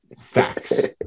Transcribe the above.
Facts